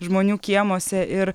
žmonių kiemuose ir